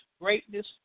greatness